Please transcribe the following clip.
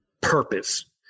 purpose